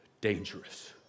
dangerous